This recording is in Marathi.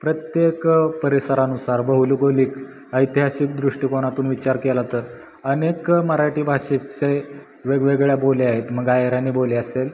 प्रत्येक परिसरानुसार भौगोलिक ऐतिहासिक दृष्टिकोनातून विचार केला तर अनेक मराठी भाषेचे वेगवेगळ्या बोल्या आहेत मग गायरानी बोली असेल